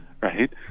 right